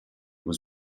was